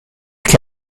che